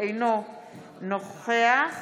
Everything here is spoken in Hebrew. אינו נוכח